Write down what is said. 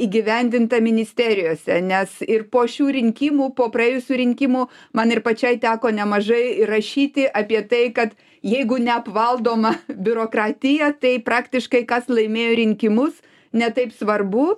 įgyvendinta ministerijose nes ir po šių rinkimų po praėjusių rinkimų man ir pačiai teko nemažai ir rašyti apie tai kad jeigu neapvaldoma biurokratija tai praktiškai kas laimėjo rinkimus ne taip svarbu